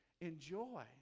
enjoy